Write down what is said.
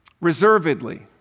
reservedly